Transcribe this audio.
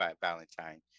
valentine